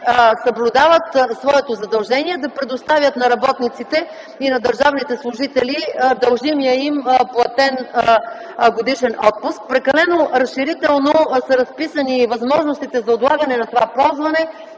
съблюдават своето задължение да предоставят на работниците и на държавните служители дължимия им платен годишен отпуск. Прекалено разширително са разписани и възможностите за отлагане на това ползване: